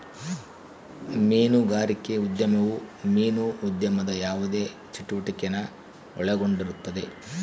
ಮೀನುಗಾರಿಕೆ ಉದ್ಯಮವು ಮೀನು ಉದ್ಯಮದ ಯಾವುದೇ ಚಟುವಟಿಕೆನ ಒಳಗೊಂಡಿರುತ್ತದೆ